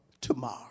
tomorrow